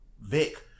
Vic